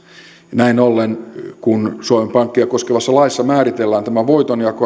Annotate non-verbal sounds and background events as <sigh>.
näin ollen kun suomen pankkia koskevassa laissa määritellään tämä voitonjako <unintelligible>